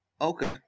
okay